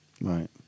Right